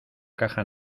caja